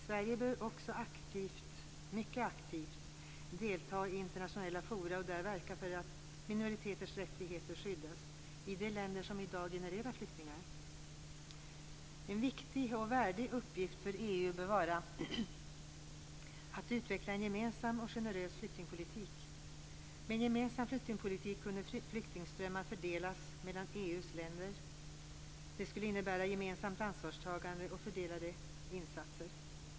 Sverige bör också mycket aktivt i internationella forum verka för att minoriteters rättigheter skyddas i de länder som i dag genererar flyktingar. En viktig och värdig uppgift för EU bör vara att utveckla en gemensam och generös flyktingpolitik. Med en gemensam flyktingpolitik kunde flyktingströmmar fördelas mellan EU:s medlemsländer. Det skulle innebära gemensamt ansvarstagande och fördelade insatser.